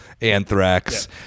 Anthrax